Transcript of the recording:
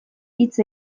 hitz